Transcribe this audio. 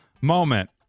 moment